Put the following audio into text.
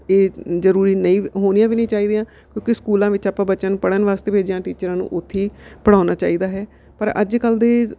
ਇਹ ਜ਼ਰੂਰੀ ਨਹੀਂ ਹੋਣੀਆਂ ਵੀ ਨਹੀਂ ਚਾਹੀਦੀਆਂ ਕਿਉਂਕਿ ਸਕੂਲਾਂ ਵਿੱਚ ਆਪਾਂ ਬੱਚਿਆਂ ਨੂੰ ਪੜ੍ਹਨ ਵਾਸਤੇ ਭੇਜਦੇ ਹਾਂ ਟੀਚਰਾਂ ਨੂੰ ਉੱਥੇ ਹੀ ਪੜ੍ਹਾਉਣਾ ਚਾਹੀਦਾ ਹੈ ਪਰ ਅੱਜ ਕੱਲ੍ਹ ਦੇ